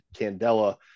candela